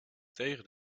tegen